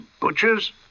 butchers